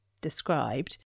described